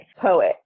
poet